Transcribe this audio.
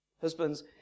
Husbands